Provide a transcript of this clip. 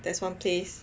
there's one place